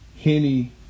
Henny